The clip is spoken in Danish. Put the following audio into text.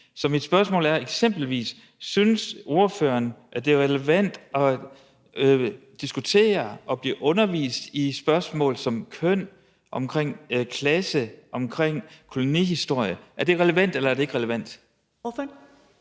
Så mit spørgsmål er: Synes ordføreren eksempelvis, at det er relevant at diskutere og blive undervist i spørgsmål som køn, klasse og kolonihistorie? Er det relevant, eller er det ikke relevant? Kl.